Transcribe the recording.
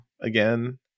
again